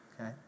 Okay